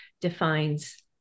defines